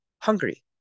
hungry